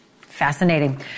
Fascinating